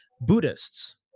Buddhists